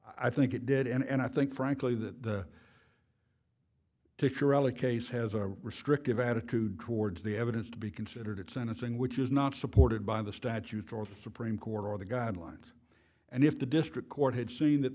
i think it did and i think frankly the to corral a case has a restrictive attitude towards the evidence to be considered at sentencing which is not supported by the statute or the supreme court or the guidelines and if the district court had seen that